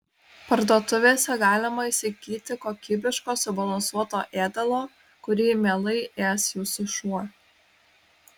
parduotuvėse galima įsigyti kokybiško subalansuoto ėdalo kurį mielai ės jūsų šuo